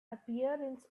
appearance